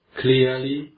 clearly